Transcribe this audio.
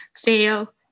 fail